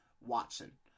Watson